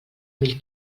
mil